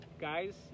Guys